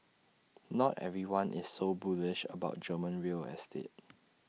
not everyone is so bullish about German real estate